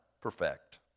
perfect